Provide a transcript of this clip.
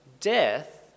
death